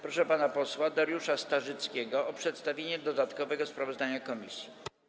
Proszę pana posła Dariusza Starzyckiego o przedstawienie dodatkowego sprawozdania komisji.